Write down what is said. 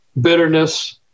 bitterness